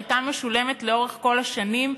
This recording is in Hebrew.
שהייתה משולמת לאורך כל השנים,